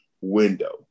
window